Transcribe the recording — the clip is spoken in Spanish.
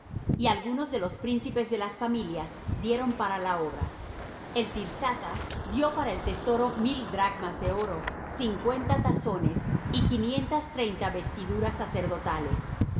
y algunos de los príncipes de las familias dieron para la obra el tirsatha dió para el tesoro mil dracmas de oro cincuenta tazones y quinientas treinta vestiduras sacerdotales